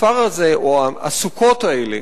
הכפר הזה, או הסוכות האלה